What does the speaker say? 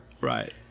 Right